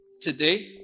today